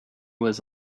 was